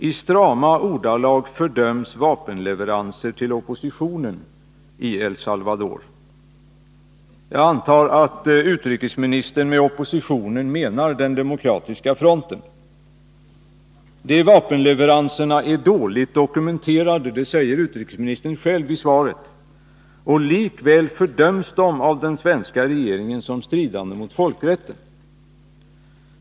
I strama ordalag fördöms vapenleveranser till oppositionen i El Salvador. Jag antar att utrikesministern med oppositionen menar den demokratiska fronten. De vapenleveranserna är dåligt dokumenterade — det säger utrikesministern själv i svaret. Likväl fördöms de av den svenska regeringen som stridande mot folkrätten.